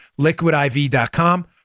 Liquidiv.com